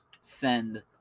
send